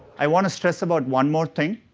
i want to stress about one more thing.